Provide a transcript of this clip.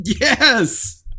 Yes